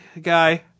guy